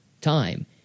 time